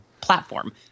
platform